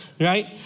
Right